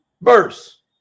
verse